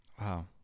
wow